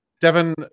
Devin